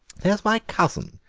there's my cousin,